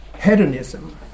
hedonism